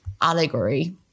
allegory